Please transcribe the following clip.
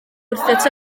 wrthynt